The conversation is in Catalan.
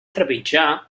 trepitjar